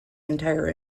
entire